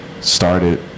started